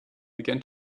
began